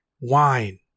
wine